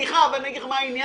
סליחה, אני אגיד לך מה העניין.